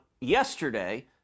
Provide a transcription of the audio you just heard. Yesterday